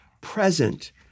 present